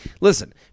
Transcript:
listen